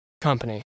Company